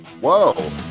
whoa